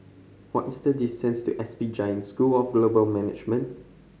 what is the distance to S P Jain School of Global Management